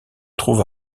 trouve